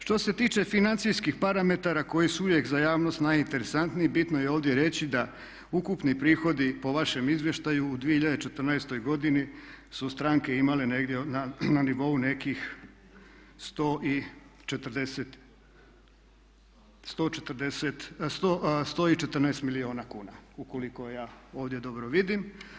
Što se tiče financijskih parametara koji su uvijek za javnost najinteresantniji bitno je ovdje reći, da ukupni prihodi po vašem izvještaju u 2014. godini su stranke imale negdje na nivou nekih 114 milijuna kuna ukoliko ja ovdje dobro vidim.